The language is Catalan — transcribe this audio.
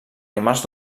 animals